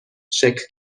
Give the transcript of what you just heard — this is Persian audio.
شکل